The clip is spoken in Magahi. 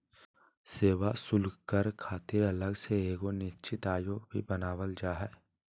सेवा शुल्क कर खातिर अलग से एगो निश्चित आयोग भी बनावल जा हय